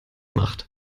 macht